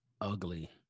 ugly